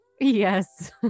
yes